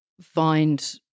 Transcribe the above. find